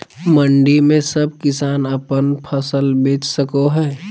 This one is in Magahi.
मंडी में सब किसान अपन फसल बेच सको है?